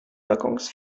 waggons